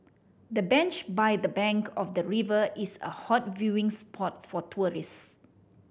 the bench by the bank of the river is a hot viewing spot for tourist